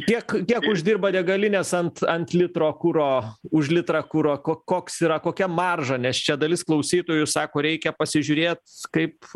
tiek kiek uždirba degalinės ant ant litro kuro už litrą kuro ko koks yra kokia marža nes čia dalis klausytojų sako reikia pasižiūrėt kaip